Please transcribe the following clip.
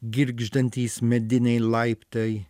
girgždantys mediniai laiptai